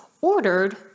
ordered